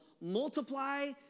multiply